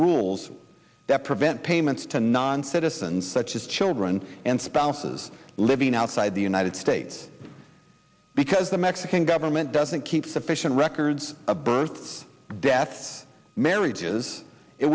rules that prevent payments to non citizens such as children and spouses living outside the united states because the mexican government doesn't keep sufficient records of birth death marriages it